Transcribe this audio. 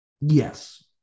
Yes